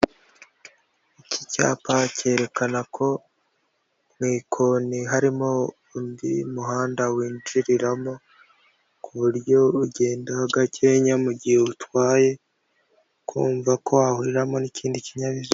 Iki cyapa cyerekana ko mu ikoni harimo undi muhanda winjiriramo ku buryo ugenda gakenya, mu gihe utwaye kumva ko wahuriramo n'ikindi kinyabiziga.